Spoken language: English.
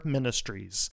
Ministries